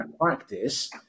practice